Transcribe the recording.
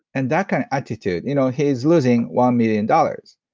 and that kind of attitude. you know, he's losing one million dollars,